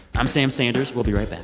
i'm sam sanders. we'll be right